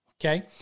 Okay